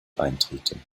eintreten